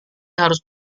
harus